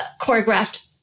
choreographed